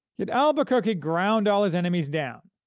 yet albuquerque ground all his enemies down,